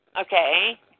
Okay